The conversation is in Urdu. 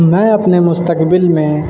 میں اپنے مستقبل میں